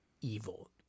evil